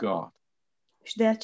God